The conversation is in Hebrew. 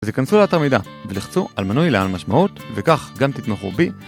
אז היכנסו לאתר "מידה" ולחצו על מנוי ל"על משמעות" וכך גם תתמכו בי